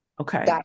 Okay